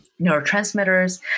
neurotransmitters